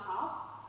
past